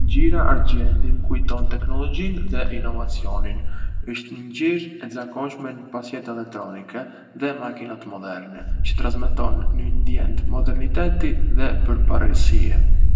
Ngjyra argjendi më kujton teknologjinë dhe inovacionin. Është një ngjyrë e zakonshme në pajisjet elektronike dhe makinat moderne, çë transmeton një ndjenjë moderniteti dhe përparësie.